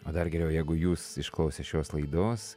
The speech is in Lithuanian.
o dar geriau jeigu jūs išklausę šios laidos